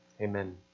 Amen